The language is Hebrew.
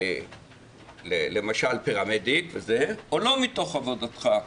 למשל פרמדיק, או לא מתוך עבודתך,